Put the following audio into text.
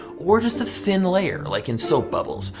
or just a thin layer, like in soap bubbles.